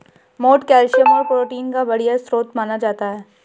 मोठ कैल्शियम और प्रोटीन का बढ़िया स्रोत माना जाता है